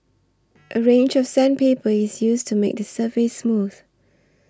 a range of sandpaper is used to make the surface smooth